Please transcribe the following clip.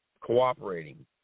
cooperating